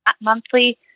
monthly